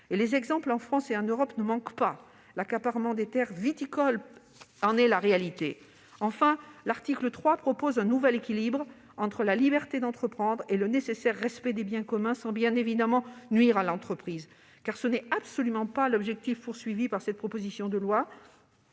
les exemples, en France et en Europe, ne manquent pas : l'accaparement des terres viticoles en illustre la réalité. Enfin, l'article 3 propose un nouvel équilibre entre la liberté d'entreprendre et le nécessaire respect des biens communs sans, bien évidemment, nuire à l'entreprise. Tel n'est, en effet, absolument pas l'objectif de cette proposition de loi